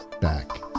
back